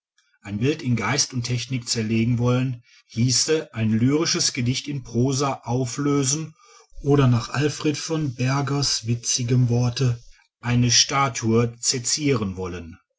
ein bild in geist und technik zerlegen wollen hieße ein lyrisches gedicht in prosa auflösen oder nach a v bergers witzigem worte eine statue sezieren wollen